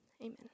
Amen